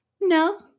No